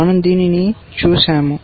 మనం దీనిని చూశాము